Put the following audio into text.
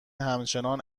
همچنان